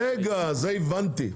רגע, זה הבנתי.